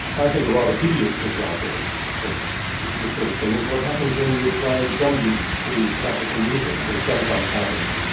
i think a rather hideous example of this sort of thing is what happens when you apply drum beats to classical music which sometimes happens.